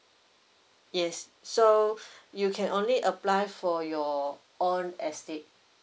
yes so you can only apply for your own estate